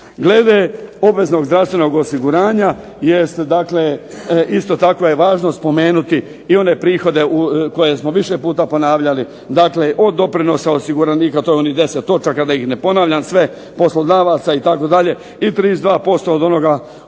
Glede obveznog zdravstvenog osiguranja isto tako je važno spomenuti i one prihode koje smo više puta ponavljali, dakle od doprinosa od osiguranika to je onih 10 točaka da ih ne ponavljam sve, poslodavaca itd. i 32% od onoga ukupnog